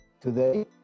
Today